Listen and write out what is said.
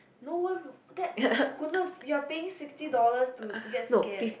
no why would that goodness you are paying sixty dollars to to get scared